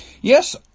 Yes